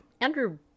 Andrew